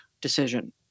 decision